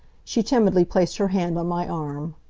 she timidly placed her hand on my arm.